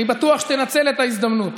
אני בטוח שתנצל את ההזדמנות.